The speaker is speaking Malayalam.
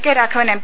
K Raghavan M